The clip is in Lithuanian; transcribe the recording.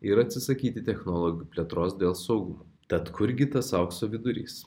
ir atsisakyti technologijų plėtros dėl saugumo tad kurgi tas aukso vidurys